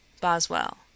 Boswell